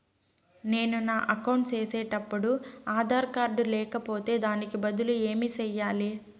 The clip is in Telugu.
నేను నా అకౌంట్ సేసేటప్పుడు ఆధార్ కార్డు లేకపోతే దానికి బదులు ఏమి సెయ్యాలి?